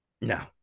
No